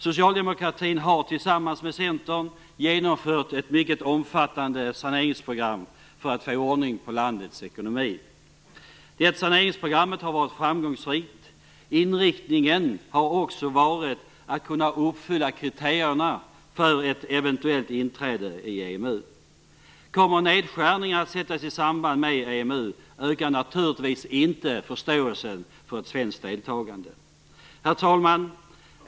Socialdemokratin har tillsammans med Centern genomfört ett mycket omfattande saneringsprogram för att få ordning på landets ekonomi. Detta saneringsprogram har varit framgångsrikt. Inriktningen har också varit att kunna uppfylla kriterierna för ett eventuellt inträde i EMU. Kommer nedskärningarna att sättas i samband med EMU, ökar naturligtvis inte förståelsen för ett svenskt deltagande. Herr talman!